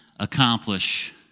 Accomplish